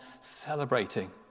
celebrating